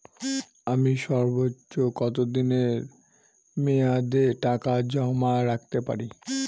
আমি সর্বোচ্চ কতদিনের মেয়াদে টাকা জমা রাখতে পারি?